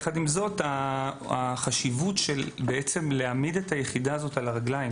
יחד עם זאת החשיבות של להעמיד את היחידה הזאת על הרגליים,